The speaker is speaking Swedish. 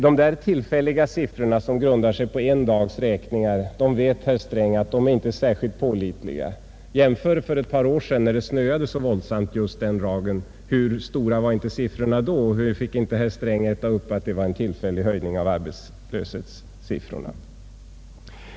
De tillfälliga siffrorna, som grundar sig på en dags räkningar, är inte särskilt pålitliga, det vet herr Sträng. För ett par år sedan hände det att det snöade våldsamt just den dagen räkningen gjordes. Hur stora var inte siffrorna då, och hur fick inte herr Sträng äta upp att det var en tillfällig höjning av arbetslöshetssiffrorna!